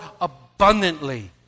abundantly